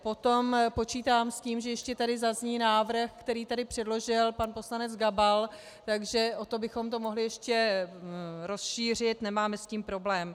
Potom počítám s tím, že tady ještě zazní návrh, který tady předložil pan poslanec Gabal, takže o to bychom to mohli ještě rozšířit, nemáme s tím problém.